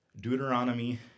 Deuteronomy